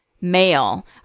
male